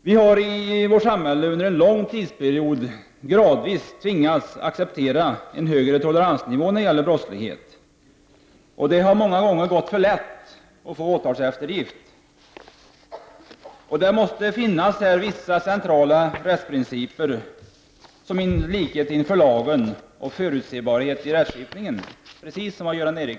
Vi har i vårt samhälle under en lång tidsperiod gradvis tvingats acceptera en högre toleransnivå när det gäller brottslighet. Det har många gånger varit för lätt att få åtalseftergift. Det måste, som Göran Ericsson och Britta Bjelle sade, finnas vissa centrala rättsprinciper, såsom likhet inför lagen och förutsebarhet i rättskipningen.